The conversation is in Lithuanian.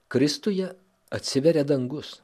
kristuje atsiveria dangus